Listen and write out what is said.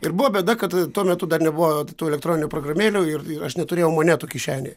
ir buvo bėda kad tuo metu dar nebuvo tų elektroninių programėlių ir aš neturėjau monetų kišenėje